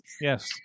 Yes